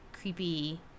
creepy